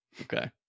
Okay